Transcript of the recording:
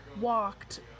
walked